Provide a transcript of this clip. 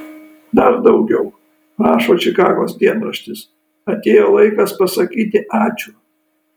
dar daugiau rašo čikagos dienraštis atėjo laikas pasakyti ačiū